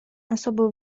особую